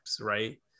right